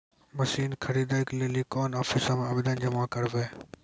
Machine खरीदै के लेली कोन आफिसों मे आवेदन जमा करवै?